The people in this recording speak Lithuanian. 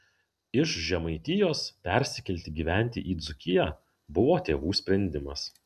iš žemaitijos persikelti gyventi į dzūkiją buvo tėvų sprendimas